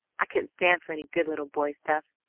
i couldn't stand for any good-little-boy stuff.